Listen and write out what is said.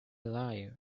lie